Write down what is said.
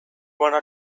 wanna